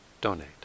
donate